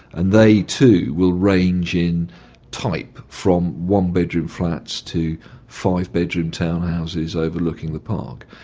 and they too will range in type from one-bedroom flats to five-bedroom townhouses overlooking the park.